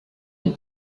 elle